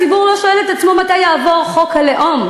הציבור לא שואל את עצמו מתי יעבור חוק הלאום,